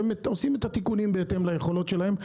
והם עושים את התיקונים בהתאם ליכולות שלהם,